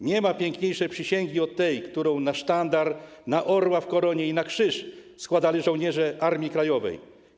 Nie ma piękniejszej przysięgi od tej, którą na sztandar, na orła w koronie i na krzyż składali żołnierze Armii Krajowej.